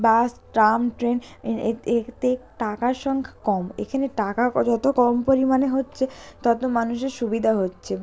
বাস tram train এতে এতে টাকার সংখ্যা কম এখানে টাকা যত কম পরিমাণে হচ্ছে তত মানুষের সুবিধা হচ্ছে